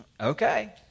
okay